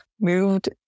moved